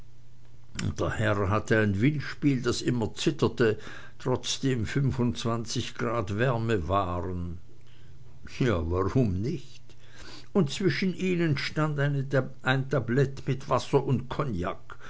herr hatte ein windspiel das immer zitterte trotzdem fünfundzwanzig grad wärme waren ja warum nicht und zwischen ihnen stand eine tablette mit wasser und cognac